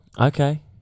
Okay